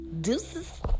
deuces